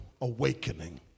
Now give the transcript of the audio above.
awakening